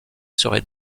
seraient